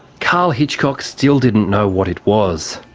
karl hitchcock still didn't know what it was.